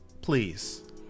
Please